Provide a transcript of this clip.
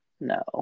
No